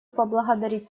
поблагодарить